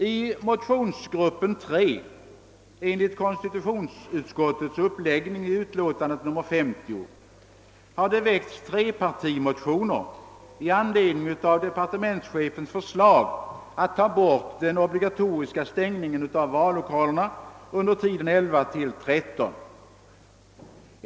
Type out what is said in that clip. I motionsgruppen 3 enligt konstitutionsutskottets uppläggning i utlåtandet nr 50 har det väckts trepartimotioner i anledning av departementschefens förslag att ta bort den obligatoriska stängningen av vallokalerna under tiden kl. 11—13.